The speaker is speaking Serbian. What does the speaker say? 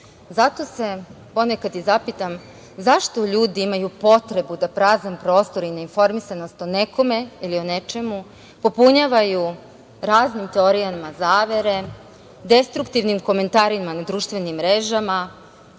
Zato se ponekad i zapitam zašto ljudi imaju potrebu da prazan prostor i neinformisanost o nekome ili o nečemu popunjavaju raznim teorijama zavere, destruktivnim komentarima na društvenim mrežama,